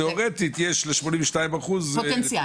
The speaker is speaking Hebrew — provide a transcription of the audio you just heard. תיאורטית יש ל-82% --- פוטנציאל.